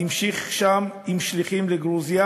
המשיך שם עם שליחים לגרוזיה,